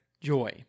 joy